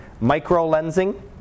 micro-lensing